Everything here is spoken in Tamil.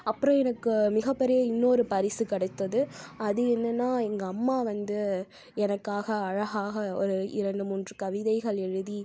அப்புறம் எனக்கு மிகப்பெரிய இன்னொரு பரிசு கிடைத்தது அது என்னென்னால் எங்கள் அம்மா வந்து எனக்காக அழகாக ஒரு இரண்டு மூன்று கவிதைகள் எழுதி